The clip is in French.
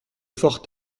fort